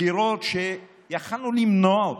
בחירות שיכולנו למנוע אותן.